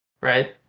right